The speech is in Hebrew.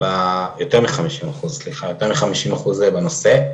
יותר מחמישים אחוז בנושא.